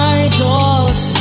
idols